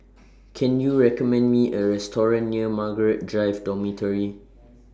Can YOU recommend Me A Restaurant near Margaret Drive Dormitory